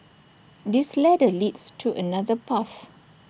this ladder leads to another path